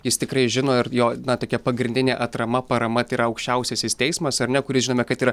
jis tikrai žino ir jo na tokia pagrindinė atrama parama ir aukščiausiasis teismas ar ne kuris žinome kad yra